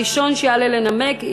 הראשון שיעלה לנמק,